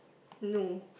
no